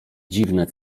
dziwne